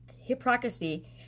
hypocrisy